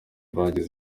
bagize